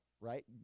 right